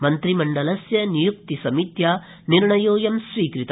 मन्त्रिमंडलस्य नियुक्ति समित्या निर्णयोऽयं स्वीकृत